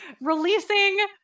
releasing